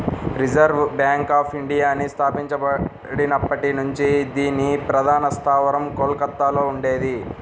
reserve bank of ఇండియాని స్థాపించబడినప్పటి నుంచి దీని ప్రధాన స్థావరం కోల్కతలో ఉండేది